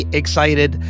excited